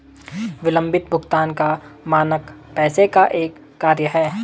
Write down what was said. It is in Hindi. विलम्बित भुगतान का मानक पैसे का एक कार्य है